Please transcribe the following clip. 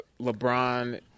LeBron